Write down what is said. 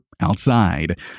outside